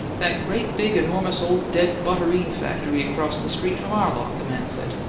that great big, enormous ole dead butterine factory across the street from our lot, the man said.